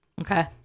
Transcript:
Okay